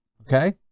okay